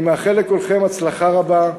אני מאחל לכולכם הצלחה רבה,